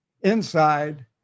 inside